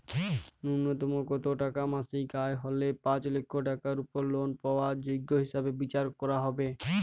ন্যুনতম কত টাকা মাসিক আয় হলে পাঁচ লক্ষ টাকার উপর লোন পাওয়ার যোগ্য হিসেবে বিচার করা হবে?